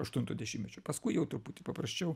aštunto dešimtmečio paskui jau truputį paprasčiau